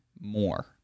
more